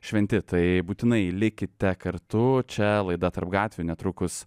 šventi tai būtinai likite kartu čia laida tarp gatvių netrukus